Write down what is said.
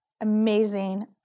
amazing